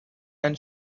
and